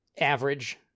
average